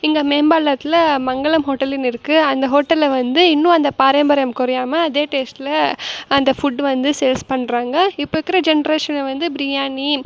இங்கே மேம்பாலத்தில் மங்களம் ஹோட்டலுன்னு இருக்குது அந்த ஹோட்டலில் வந்து இன்னும் அந்த பாரம்பரியம் குறையாம அதே டேஸ்டில் அந்த ஃபுட் வந்து சேல்ஸ் பண்ணுறாங்க இப்போ இருக்குற ஜெண்ட்ரேஷனு வந்து பிரியாணி